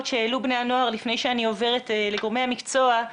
שהעלו בני הנוער לפני שאני עוברת לגורמי המקצוע.